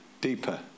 deeper